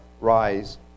rise